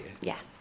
Yes